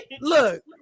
look